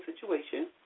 situation